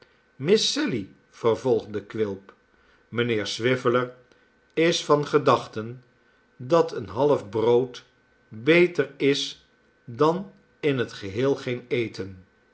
sally vervolgde quilp mijnheer swiveller is van gedachten dat een half brood beter is dan in het geheel geen eten